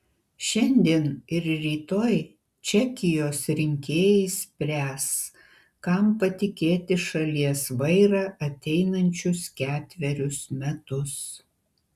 šiandien ir rytoj čekijos rinkėjai spręs kam patikėti šalies vairą ateinančius ketverius metus